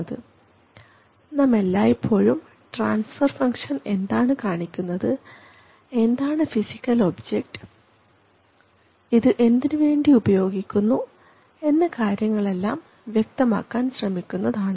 പക്ഷേ നാം എല്ലായ്പ്പോഴും ട്രാൻസ്ഫർ ഫംഗ്ഷൻ എന്താണ് കാണിക്കുന്നത് എന്താണ് ഫിസിക്കൽ ഒബ്ജക്റ്റ് ഇത് എന്തിനു വേണ്ടി ഉപയോഗിക്കുന്നു എന്ന കാര്യങ്ങളെല്ലാം വ്യക്തമാക്കാൻ ശ്രമിക്കുന്നതാണ്